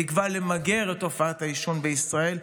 בתקווה למגר את תופעת העישון בישראל,